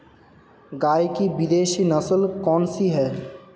गाय की विदेशी नस्ल कौन सी है?